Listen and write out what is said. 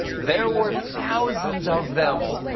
there were thousands of them.